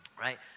right